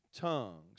tongues